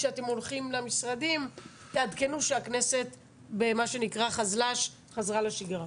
כשאתם הולכים למשרדים, תעדכנו שהכנסת חזרה לשגרה.